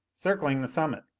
circling the summit,